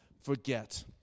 forget